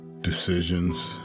Decisions